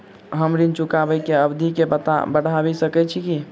हम ऋण चुकाबै केँ अवधि केँ बढ़ाबी सकैत छी की?